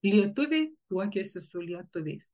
lietuviai tuokiasi su lietuviais